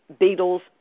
Beatles